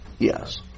Yes